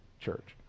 church